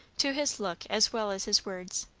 to his look as well as his words,